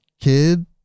kid